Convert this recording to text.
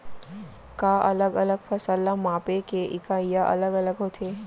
का अलग अलग फसल ला मापे के इकाइयां अलग अलग होथे?